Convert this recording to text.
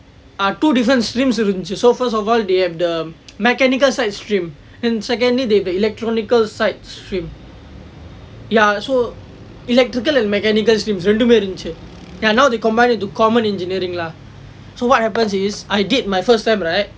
ah two different streams so first of all they have the mechanical science stream then second they have electronical sides ya so electrical and mechanical streams இரண்டுமே இருந்தது:irandumee irundthathu ya now they combine into common engineering lah so what happens is I did my first sem right